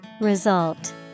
Result